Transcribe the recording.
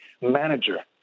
manager